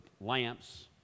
lamps